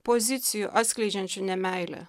pozicijų atskleidžiančių nemeilę